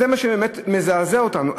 זה מה שבאמת מזעזע אותנו.